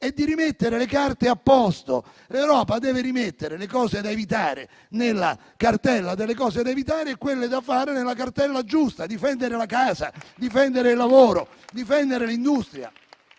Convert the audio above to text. di rimettere le carte a posto. L'Europa deve rimettere le misure da evitare nella cartella delle misure da evitare e quelle da fare nella cartella giusta: difendere la casa, difendere il lavoro, difendere l'industria.